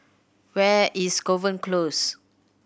where is Kovan Close